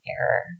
error